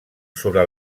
sobre